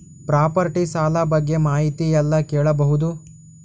Property ಸಾಲ ಬಗ್ಗೆ ಮಾಹಿತಿ ಎಲ್ಲ ಕೇಳಬಹುದು?